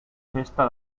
festa